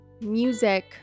music